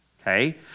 okay